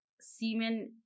semen